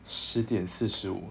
十点四十五